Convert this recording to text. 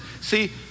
See